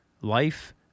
life